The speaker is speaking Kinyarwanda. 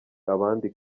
abandi